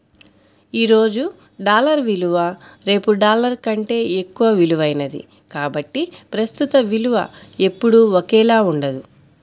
ఈ రోజు డాలర్ విలువ రేపు డాలర్ కంటే ఎక్కువ విలువైనది కాబట్టి ప్రస్తుత విలువ ఎప్పుడూ ఒకేలా ఉండదు